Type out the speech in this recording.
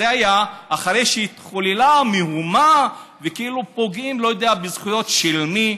זה היה אחרי שהתחוללה מהומה וכאילו פוגעים לא יודע בזכויות של מי,